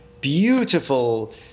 beautiful